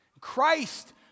Christ